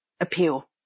appeal